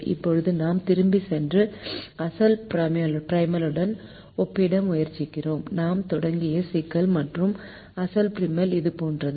இப்போது நாம் திரும்பிச் சென்று அசல் ப்ரைமலுடன் ஒப்பிட முயற்சிக்கிறோம் நாம் தொடங்கிய சிக்கல் மற்றும் அசல் ப்ரிமல் இது போன்றது